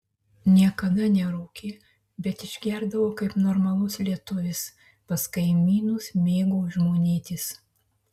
niekada nerūkė bet išgerdavo kaip normalus lietuvis pas kaimynus mėgo žmonėtis